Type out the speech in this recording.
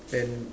then